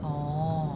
oh